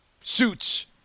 suits